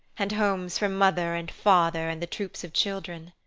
and homes for mother and father and the troop of children.